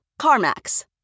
CarMax